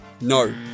No